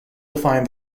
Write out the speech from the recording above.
define